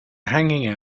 hanging